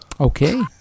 okay